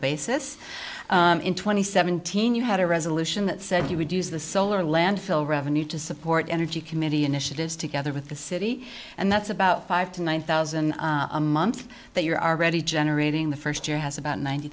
basis in twenty seventeen you had a resolution that said he would use the solar landfill revenue to support energy committee initiatives together with the city and that's about five to one thousand amount that you're already generating the first year has about ninety